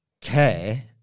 care